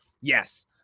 Yes